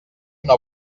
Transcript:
una